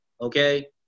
Okay